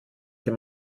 dem